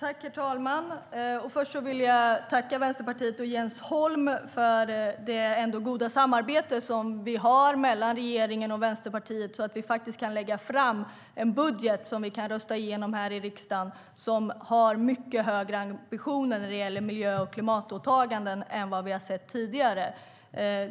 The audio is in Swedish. Herr talman! Först vill jag tacka Vänsterpartiet och Jens Holm för det ändå goda samarbete som vi har mellan regeringen och Vänsterpartiet. Genom detta samarbete kan vi lägga fram en budget med mycket högre ambitioner för miljö och klimatåtaganden än vad vi sett tidigare - och rösta igenom den här i riksdagen.